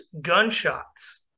gunshots